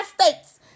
states